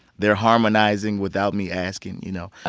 they're harmonizing without me asking, you know?